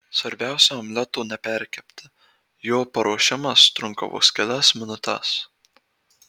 svarbiausia omleto neperkepti jo paruošimas trunka vos kelias minutes